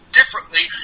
differently